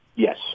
Yes